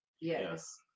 Yes